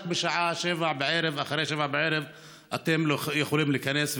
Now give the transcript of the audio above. רק אחרי 19:00 אתם יכולים להיכנס,